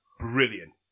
Brilliant